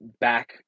back